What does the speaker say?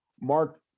Mark